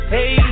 Hey